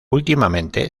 últimamente